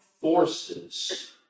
forces